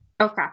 Okay